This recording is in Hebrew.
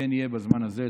כן יהיה בזמן הזה.